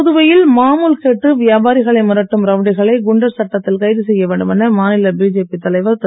புதுவையில் மாமுல் கேட்டு வியாபாரிகளை மிரட்டும் ரவுடிகளை குண்டர் சட்டத்தில் கைது செய்ய வேண்டும் என மாநில பிஜேபி தலைவர் திரு